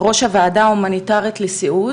ראש הוועדה ההומניטארית לסיעוד,